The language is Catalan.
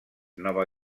nova